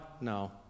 no